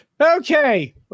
Okay